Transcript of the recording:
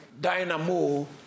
Dynamo